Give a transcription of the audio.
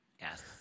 Yes